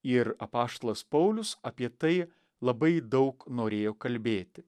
ir apaštalas paulius apie tai labai daug norėjo kalbėti